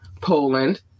Poland